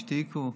השתיקו.